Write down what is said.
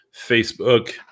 facebook